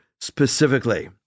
specifically